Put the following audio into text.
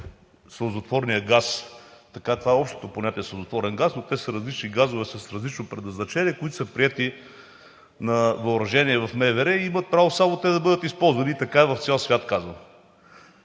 сълзотворният газ… Това е общото понятие „сълзотворен газ“, но те са различни газове с различно предназначение, които са приети на въоръжение в МВР и имат право само те да бъдат използвани. Така е в цял свят, казвам.